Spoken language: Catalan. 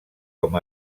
com